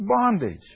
bondage